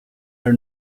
her